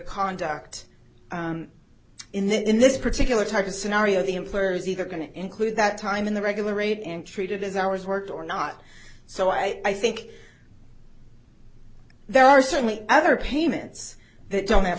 conduct in this particular type of scenario the employer is either going to include that time in the regular rate and treated as hours worked or not so i think there are certainly other payments that don't have